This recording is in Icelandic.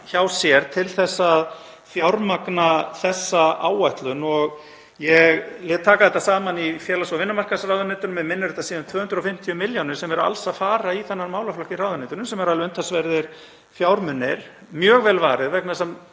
hjá sér til að fjármagna þessa áætlun. Ég lét taka þetta saman í félags- og vinnumarkaðsráðuneytinu og minnir að þetta séu um 250 milljónir sem eru alls að fara í þennan málaflokk í ráðuneytinu sem eru alveg umtalsverðir fjármunir. Þeim er mjög vel varið vegna þess að